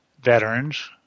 veterans